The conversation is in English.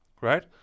right